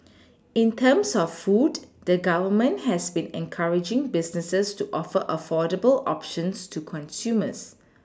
in terms of food the Government has been encouraging businesses to offer affordable options to consumers